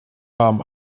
warm